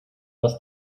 das